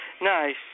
Nice